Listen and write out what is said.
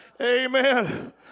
Amen